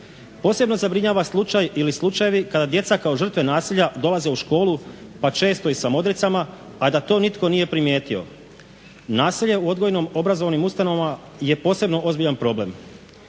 Posebno zabrinjava slučaj ili slučajevi kada djeca kao žrtve nasilja dolaze u školu pa često i sa modricama, a da to nitko nije primijetio. Nasilje u odgojno-obrazovnim ustanovama je posebno ozbiljan problem.